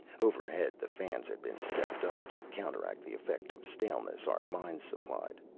overhead, the fans had been stepped up to counteract the effect of staleness our minds supplied.